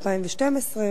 2012?